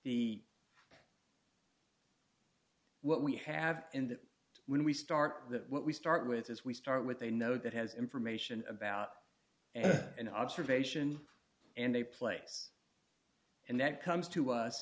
the what we have and when we start that what we start with as we start with a note that has information about an observation and a place and that comes to us